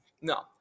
No